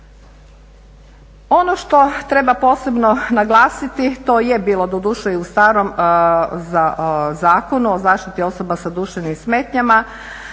Ono što treba posebno naglasiti to je bilo doduše i u starom Zakonu o zaštiti osoba sa duševnim smetnjama